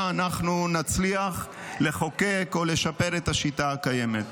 אנחנו נצליח לחוקק או לשפר את השיטה הקיימת.